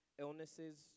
illnesses